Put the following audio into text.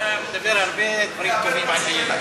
אתה מדבר הרבה דברים טובים על איילת.